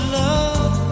love